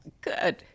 Good